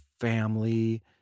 family